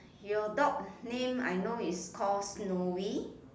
you dog name I know is called Snowy